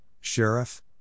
Sheriff